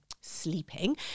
sleeping